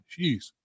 Jeez